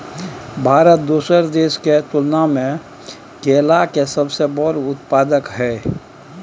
भारत दोसर देश के तुलना में केला के सबसे बड़ उत्पादक हय